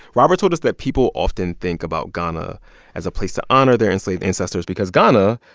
robert told us that people often think about ghana as a place to honor their enslaved ancestors because ghana,